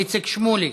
איציק שמולי,